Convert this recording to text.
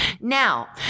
Now